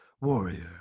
warrior